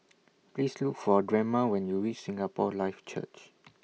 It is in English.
Please Look For Drema when YOU REACH Singapore Life Church